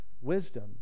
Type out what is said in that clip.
wisdom